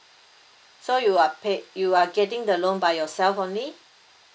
so you are pay you are getting the loan by yourself only